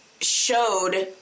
showed